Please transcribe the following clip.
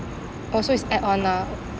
oh so it's add on lah